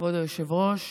כבוד היושב-ראש,